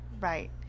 Right